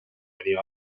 mõni